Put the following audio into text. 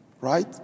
Right